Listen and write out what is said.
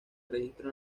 registro